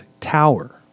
Tower